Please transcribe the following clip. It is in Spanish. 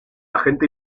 agente